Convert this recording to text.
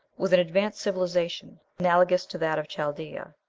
with an advanced civilization, analogous to that of chaldea,